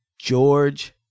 George